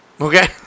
Okay